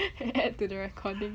add to the recording